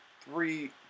three